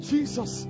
Jesus